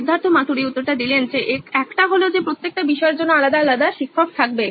Siddharth Maturi C E O নইন electronics একটা হল যে প্রত্যেকটা বিষয়ের জন্য আলাদা আলাদা শিক্ষক থাকবে